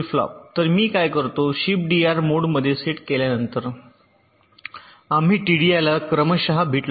तर मी आता काय करतो शिफ्टडीआर मोडमध्ये सेट केल्यावर आम्ही टीडीआयला क्रमशः बिट्स लावतो